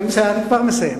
אני כבר מסיים.